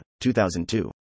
2002